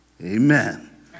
Amen